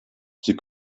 sie